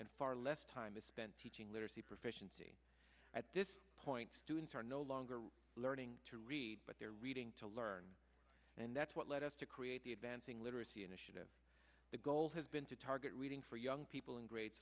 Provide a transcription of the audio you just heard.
and far less time is spent teaching literacy proficiency at this point students are no longer learning to read but they're reading to learn and that's what led us to create the advancing literacy initiative the goal has been to target reading for young people in grades